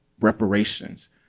reparations